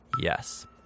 yes